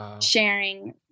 sharing